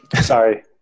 Sorry